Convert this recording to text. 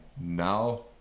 now